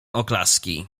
oklaski